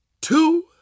two